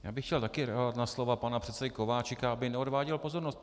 Já bych chtěl také reagovat na slova pana předsedy Kováčika, aby neodváděl pozornost.